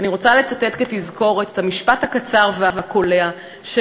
אני רוצה לצטט כתזכורת את המשפט הקצר והקולע של